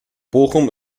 bochum